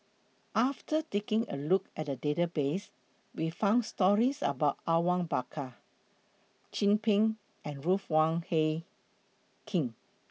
after taking A Look At The Database We found stories about Awang Bakar Chin Peng and Ruth Wong Hie King